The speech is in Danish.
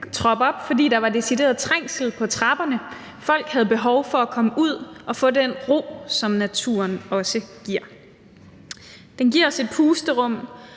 fordi der var decideret trængsel på trapperne. Folk havde behov for at komme ud og få den ro, som naturen også giver. Den giver os et pusterum